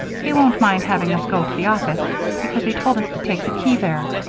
he won't mind having us go to the office because he told us to take the key there.